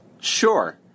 Sure